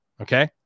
Okay